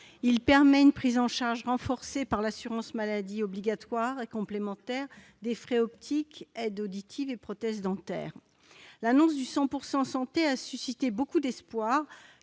qui permet une prise en charge renforcée par l'assurance maladie obligatoire et complémentaire des frais optiques, aides auditives et prothèses dentaires. L'annonce de ce dispositif a suscité de grands espoirs,